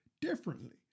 differently